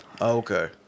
Okay